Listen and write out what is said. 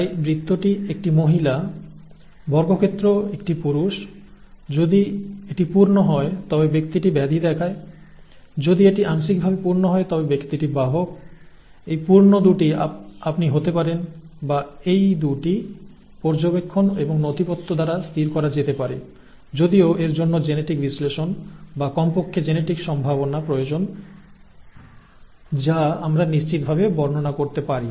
তাই বৃত্তটি একটি মহিলা বর্গক্ষেত্র একটি পুরুষ যদি এটি পূর্ণ হয় তবে ব্যক্তিটি ব্যাধি দেখায় যদি এটি আংশিকভাবে পূর্ণ হয় তবে ব্যক্তিটি বাহক এই পূর্ণ 2 টি আপনি হতে পারেন বা এই 2 টি পর্যবেক্ষণ এবং নথিপত্র দ্বারা স্থির করা যেতে পারে যদিও এর জন্য জেনেটিক বিশ্লেষণ বা কমপক্ষে জেনেটিক সম্ভাবনা প্রয়োজন যা আমরা নিশ্চিত ভাবে বর্ণনা করতে পারি